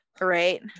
right